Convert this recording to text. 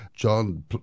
John